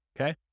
Okay